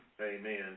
Amen